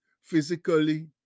physically